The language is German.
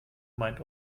meint